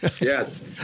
Yes